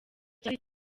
cyari